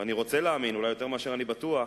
ואני רוצה להאמין, אולי יותר מאשר אני בטוח,